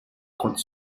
comptes